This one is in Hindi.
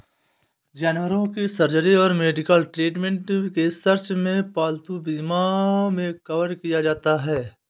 जानवरों की सर्जरी और मेडिकल ट्रीटमेंट के सर्च में पालतू बीमा मे कवर किया जाता है